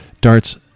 darts